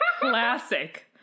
Classic